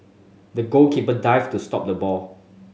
the goalkeeper dived to stop the ball